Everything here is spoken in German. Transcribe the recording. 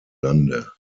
lande